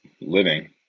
living